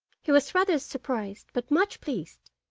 he was rather surprised, but much pleased,